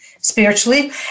spiritually